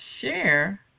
share